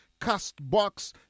CastBox